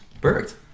perfect